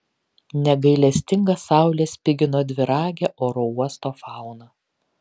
negailestinga saulė spigino dviragę oro uosto fauną